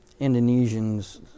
Indonesians